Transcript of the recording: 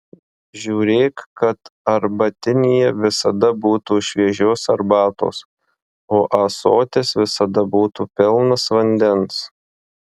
žiūrėk kad arbatinyje visada būtų šviežios arbatos o ąsotis visada būtų pilnas vandens